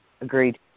agreed